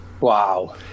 Wow